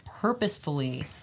purposefully